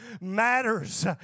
matters